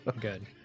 Good